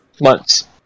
Months